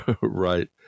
Right